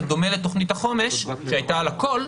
זה דומה לתוכנית החומש שהייתה על הכול,